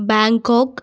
Bangkok